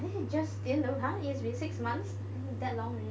then you just didn't !huh! it's been six months that long already